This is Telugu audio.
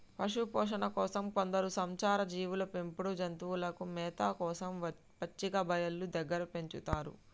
పశుపోషణ కోసం కొందరు సంచార జీవులు పెంపుడు జంతువులను మేత కోసం పచ్చిక బయళ్ళు దగ్గర పెంచుతారు